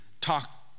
talk